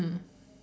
mm